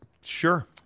Sure